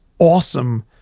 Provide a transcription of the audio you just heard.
Awesome